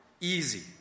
easy